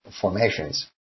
Formations